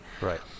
Right